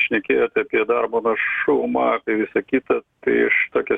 šnekėjote apie darbo našumą visa kita iš tokio